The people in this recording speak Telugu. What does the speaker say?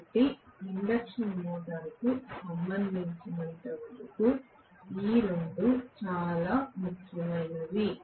కాబట్టి ఇండక్షన్ మోటారుకు సంబంధించినంతవరకు ఈ 2 చాలా ముఖ్యమైనవి